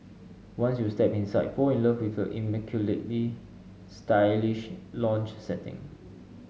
once you step inside fall in love with the immaculately stylish lounge setting